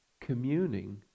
Communing